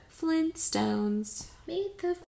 Flintstones